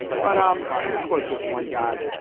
but um let me quote this one guy.